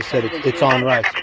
said it's on rice.